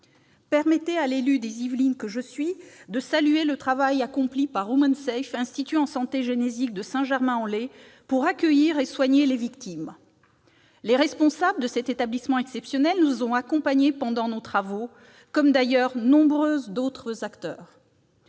Permettez à l'élue des Yvelines que je suis de saluer le travail accompli par Women Safe, ex-Institut en santé génésique de Saint-Germain-en-Laye, pour accueillir et soigner les victimes. Très bien ! Les responsables de cet établissement exceptionnel nous ont accompagnés pendant nos travaux, comme d'ailleurs de nombreux autres acteurs.